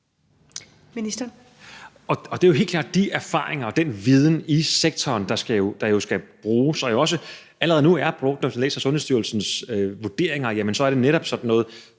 Heunicke): Det er jo helt klart de erfaringer og den viden i sektoren, der skal bruges, og som man allerede nu også har brugt. Hvis man læser Sundhedsstyrelsens vurderinger, ser man, at det netop er sådan noget,